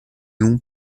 long